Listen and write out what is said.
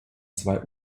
zwei